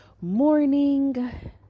morning